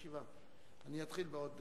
(הישיבה נפסקה בשעה 16:01 ונתחדשה בשעה 16:03.)